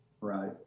right